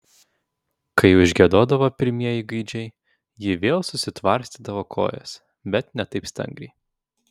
kai užgiedodavo pirmieji gaidžiai ji vėl susitvarstydavo kojas bet ne taip stangriai